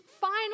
final